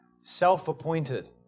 self-appointed